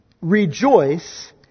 Rejoice